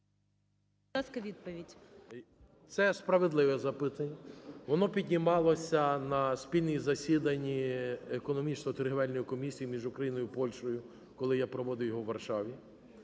Це справедливе запитання, воно піднімалося на спільному засіданні Економічно-торговельної комісії між Україно і Польщею, коли я проводив його у Варшаві.